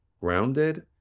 grounded